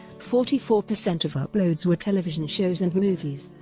forty four percent of uploads were television shows and movies,